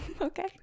Okay